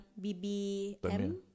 BBM